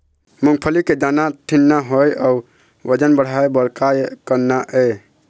मूंगफली के दाना ठीन्ना होय अउ वजन बढ़ाय बर का करना ये?